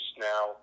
now